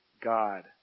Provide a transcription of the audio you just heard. God